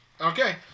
Okay